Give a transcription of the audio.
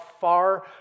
far